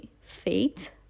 fate